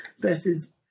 versus